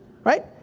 right